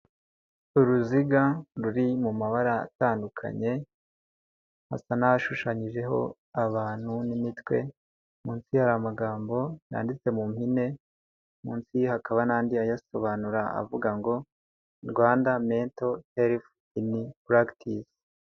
Uruziga ruri mu mabara atandukanye hasa n'ashushanyijeho abantu n'imitwe munsi hari amagambo yanditse mu mpine, munsi hakaba n'andi ayasobanura avuga ngo rwanda mento herifu.